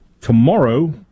tomorrow